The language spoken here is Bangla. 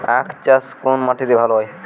আখ চাষ কোন মাটিতে ভালো হয়?